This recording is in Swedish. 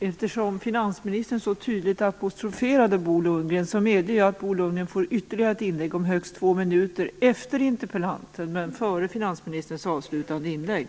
Eftersom finansministern så tydligt apostroferade Bo Lundgren medger jag att Bo Lundgren får ytterligare ett inlägg om högst två minuter efter interpellanten, men före finansministerns avslutande inlägg.